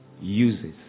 uses